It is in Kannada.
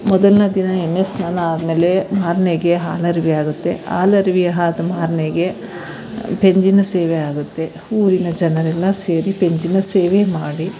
ಮೊದಲನೇ ದಿನ ಎಣ್ಣೆ ಸ್ನಾನ ಆದಮೇಲೆ ಮಾರನೆಗೆ ಹಾಲರವಿ ಆಗುತ್ತೆ ಹಾಲರ್ವಿ ಆದ ಮಾರನೆಗೆ ಪಂಜಿನ ಸೇವೆ ಆಗುತ್ತೆ ಊರಿನ ಜನರೆಲ್ಲ ಸೇರಿ ಪಂಜಿನ ಸೇವೆ ಮಾಡಿ